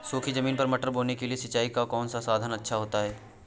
सूखी ज़मीन पर मटर बोने के लिए सिंचाई का कौन सा साधन अच्छा होता है?